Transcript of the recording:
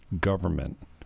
government